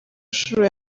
nshuro